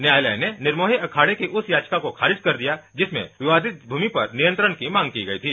न्यायालय ने निर्मोही अखाड़े की उस याचिका को खारिज कर दिया जिसमें विवादित जमीन पर नियंत्रण की मांग की गई थी